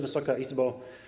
Wysoka Izbo!